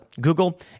Google